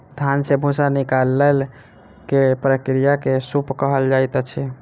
धान से भूस्सा निकालै के प्रक्रिया के सूप कहल जाइत अछि